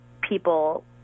people